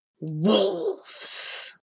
Wolves